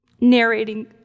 narrating